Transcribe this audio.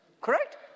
Correct